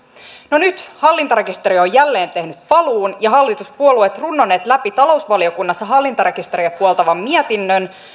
no nyt hallintarekisteri on jälleen tehnyt paluun ja hallituspuolueet runnoneet läpi talousvaliokunnassa hallintarekisteriä puoltavan mietinnön